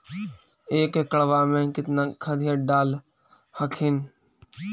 एक एकड़बा मे कितना खदिया डाल हखिन?